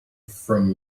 from